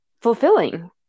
fulfilling